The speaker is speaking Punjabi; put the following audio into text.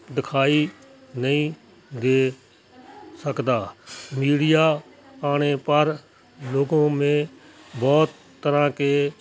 ਦਿਖਾਈ ਨਹੀਂ ਦੇ ਸਕਦਾ ਮੀਡੀਆ ਆਣੇ ਪਰ ਲੋਗੋਂ ਮੇਂ ਬਹੁਤ ਤਰ੍ਹਾਂ ਕੇ